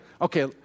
Okay